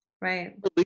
Right